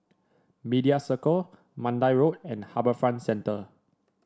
Media Circle Mandai Road and HarbourFront Center